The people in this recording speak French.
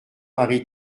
marie